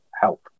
help